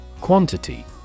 Quantity